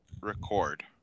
record